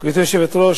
גברתי היושבת-ראש,